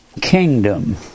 Kingdom